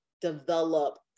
develop